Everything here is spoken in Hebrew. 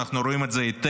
אנחנו רואים את זה היטב,